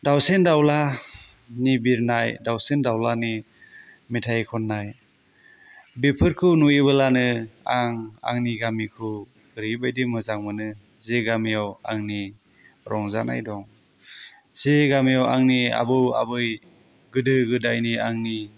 दाउसेन दाउलानि बिरनाय दाउसिन दाउलानि मेथाइ खननाय बेफोरखौ नुयोब्लानो आं आंनि गामिखौ ओरैबायदि मोजां मोनो जे गामियाव आंनि रंजानाय दं जे गामियाव आंनि आबौ आबै गोदो गोदायनि आंनि